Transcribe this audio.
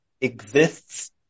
exists